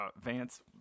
Vance